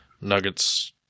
Nuggets